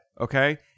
Okay